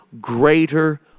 greater